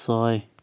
ছয়